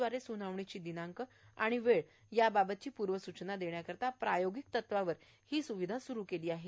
द्वारे सुनावणीची दिनांक व वेळ याबाबतची पूर्व सूचना देण्याकरीता प्रायोगिक तत्वावर ही सुविधा न्कतीच सुरु केली आहे